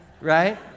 right